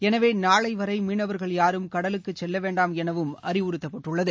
எனவே நாளை வரை மீனவர்கள் யாரும் கடலுக்குச் செல்ல வேண்டாம் எனவும் அறிவுறுத்தப்பட்டுள்ளது